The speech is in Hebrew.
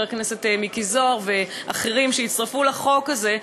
חבר הכנסת מיקי זוהר ואחרים שהצטרפו לחוק הזה,